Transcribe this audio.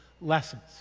lessons